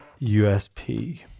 usp